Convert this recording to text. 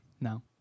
No